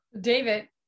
David